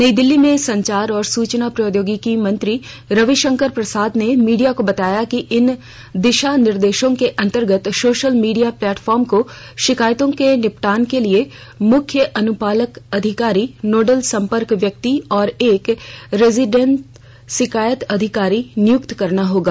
नई दिल्ली में संचार और सुचना प्रौद्योगिकी मंत्री रविशंकर प्रसाद ने मीडिया को बताया कि इन दिशा निर्देशों के अंतर्गत सोशल मीडिया प्लेटफॉर्म को शिकायतों के निपटान के लिए मुख्य अनुपालन अधिकारी नोडल संपर्क व्यक्ति और एक रेजिडेंट शिकायत अधिकारी नियुक्त करना होगा